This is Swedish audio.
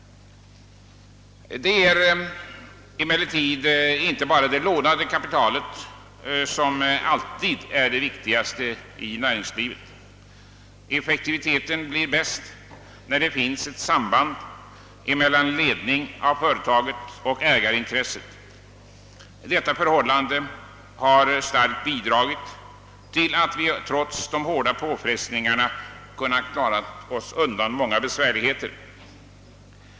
Det är emellertid inte alltid det lånade kapitalet som är det viktigaste i näringslivet. Effektiviteten blir störst när det finns ett samband mellan ägarintresset och ledningen av företaget. Detta förhållande har starkt bidragit till att vi trots de hårda påfrestningarna kunnat klara oss undan många besvärligheter.